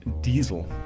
diesel